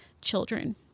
children